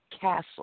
castle